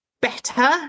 Better